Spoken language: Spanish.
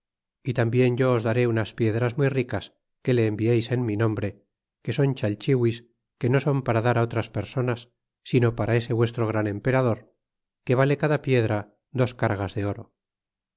y tambien yo os daré unas piedras muy ricas que le envieis en mi nombre que son cbalchilmis que no son para dar otras personas sino para ese vuestro gran emperador que vale cada una piedra dos cargas de oro